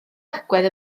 agwedd